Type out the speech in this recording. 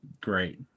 great